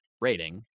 rating